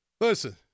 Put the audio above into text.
Listen